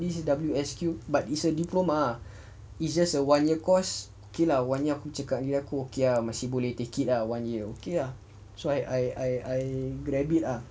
this is W_S_Q but it's a diploma ah it's just a one year course okay lah one year aku cakap dengan dia okay lah masih boleh take it lah one year okay lah so I I I I grabbed it ah